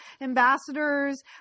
ambassadors